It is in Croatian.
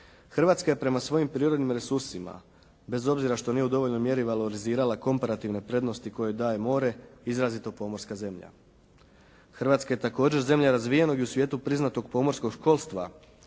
Hrvatska je prema svojim prirodnim resursima bez obzira što nije u dovoljnoj mjeri valorizirala komparativne prednosti koje daje more, izrazito pomorska zemlja. Hrvatska je također zemlja razvijeno i u svijetu priznatog pomorskog školstva.